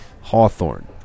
Hawthorne